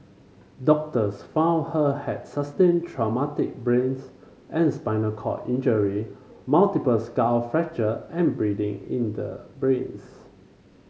doctors found her had sustained traumatic brains and spinal cord injury multiple skull fracture and bleeding in the brains